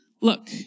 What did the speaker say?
look